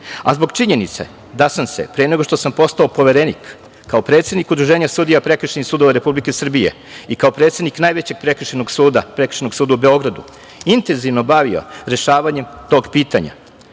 a zbog činjenice da sam se, pre nego što sam postao Poverenik, kao predsednik Udruženja sudija prekršajnih sudova Republike Srbije i kao predsednik najvećeg prekršajnog suda, Prekršajnog suda u Beogradu, intenzivno bavio rešavanjem tog pitanja,